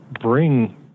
bring